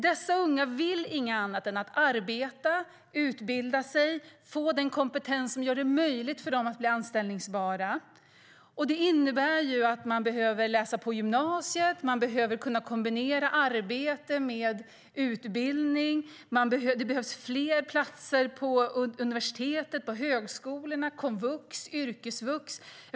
Dessa unga vill inget annat än att arbeta, utbilda sig och få den kompetens som gör det möjligt för dem att bli anställbara. Det innebär att man behöver läsa på gymnasiet och behöver kunna kombinera arbete med utbildning. Det behövs fler platser på universiteten, högskolorna, komvux och yrkesvux.